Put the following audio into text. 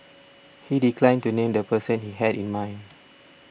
he declined to name the person he had in mind